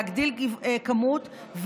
להגדיל כמות,